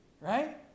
Right